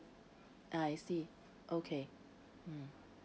I see okay mm